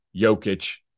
Jokic